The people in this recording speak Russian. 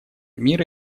мира